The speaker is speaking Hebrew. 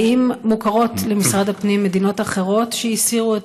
האם מוכרות למשרד הפנים מדינות אחרות שהסירו את